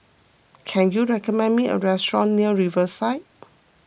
can you recommend me a restaurant near Riverside